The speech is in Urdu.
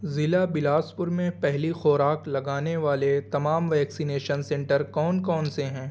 ضلع بلاس پور میں پہلی خوراک لگانے والے تمام ویکسینیشن سنٹر کون کون سے ہیں